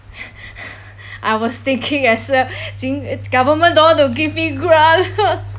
I was thinking as well government don't want to give me grant